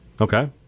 Okay